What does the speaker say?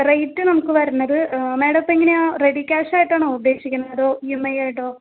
rate നമുക്ക് വരുന്നത് മേഡപ്പം എങ്ങനെയാണ് റെഡി ക്യാഷായിട്ടാണോ ഉദ്ദേശിക്കുന്നത് അതോ ഈ എം ഐ ആയിട്ടോ